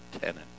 tenant